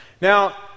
now